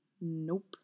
Nope